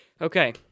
Okay